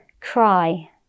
cry